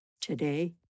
today